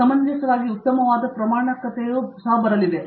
ಸಮಂಜಸವಾಗಿ ಉತ್ತಮವಾದ ಪ್ರಮಾಣಕತೆಯೂ ಸಹ ಬರಲಿದೆ